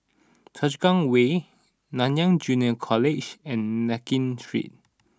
Choa Chu Kang Way Nanyang Junior College and Nankin Street